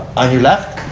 on your left.